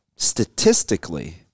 statistically